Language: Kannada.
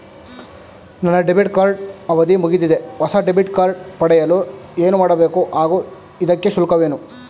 ನನ್ನ ಡೆಬಿಟ್ ಕಾರ್ಡ್ ಅವಧಿ ಮುಗಿದಿದೆ ಹೊಸ ಡೆಬಿಟ್ ಕಾರ್ಡ್ ಪಡೆಯಲು ಏನು ಮಾಡಬೇಕು ಹಾಗೂ ಇದಕ್ಕೆ ಶುಲ್ಕವೇನು?